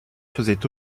faisait